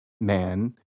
man